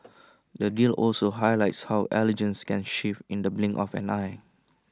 the deal also highlights how allegiances can shift in the blink of an eye